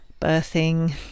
birthing